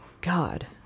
God